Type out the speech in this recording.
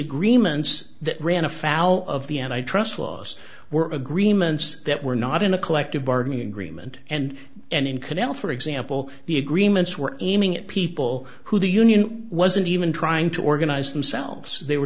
agreements that ran afoul of the and i trust laws were agreements that were not in a collective bargaining agreement and and in canal for example the agreements were aiming at people who do union wasn't even trying to organize themselves they were